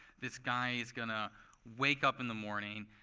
this guy is going to wake up in the morning.